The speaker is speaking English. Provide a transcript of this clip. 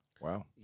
Wow